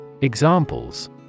Examples